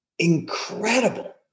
incredible